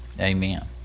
Amen